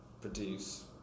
produce